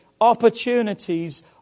opportunities